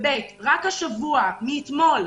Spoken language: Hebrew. ב', רק השבוע, מאתמול,